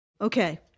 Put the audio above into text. Okay